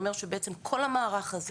שכל המערך הזה